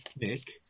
Nick